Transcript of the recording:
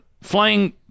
flying